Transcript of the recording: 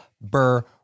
Burr